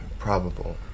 Probable